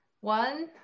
one